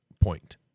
point